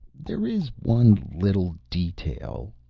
there's one little detail.